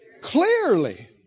Clearly